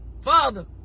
father